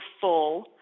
full